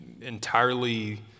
entirely